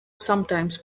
sometimes